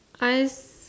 I